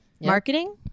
Marketing